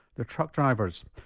they're truck drivers.